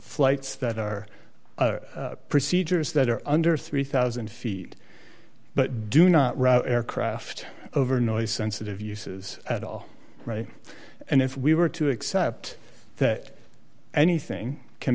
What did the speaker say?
flights that are procedures that are under three thousand feet but do not run aircraft over noise sensitive uses at all right and if we were to accept that anything can